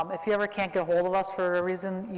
um if you ever can't get ahold of us for a reason,